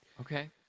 Okay